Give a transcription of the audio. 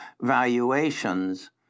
valuations